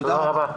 תודה רבה.